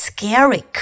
Scary